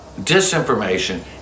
disinformation